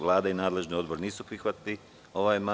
Vlada i nadležni odbor nisu prihvatili amandman.